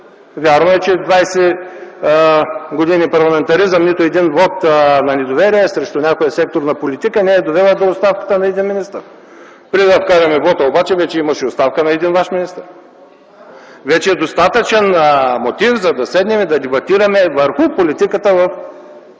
Вярно е, че 20 години парламентаризъм нито един вот на недоверие срещу някой сектор на политика не е довела до оставката на един министър. Преди да вкараме вота обаче вече имаше оставка на един ваш министър. Вече е достатъчен мотив, за да седнем да дебатираме върху политиката в